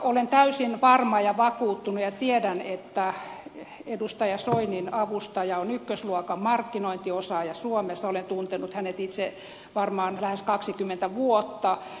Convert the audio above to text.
olen täysin varma ja vakuuttunut siitä ja tiedän että edustaja soinin avustaja on ykkösluokan markkinointiosaaja suomessa olen tuntenut hänet itse varmaan lähes kaksikymmentä vuotta